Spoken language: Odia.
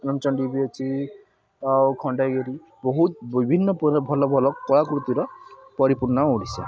ରାମଚଣ୍ଡୀ ବି ଅଛି ଆଉ ଖଣ୍ଡଗିରି ଆଉ ବହୁତ ବିଭିନ୍ନ ପ୍ରକାର ଭଲ ଭଲ କଳାକୃତିର ପରିପୁର୍ଣ୍ଣ ଓଡ଼ିଶା